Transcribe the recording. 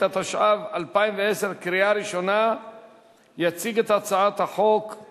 התשע"ב 2012, לוועדת הכלכלה נתקבלה.